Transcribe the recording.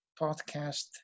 podcast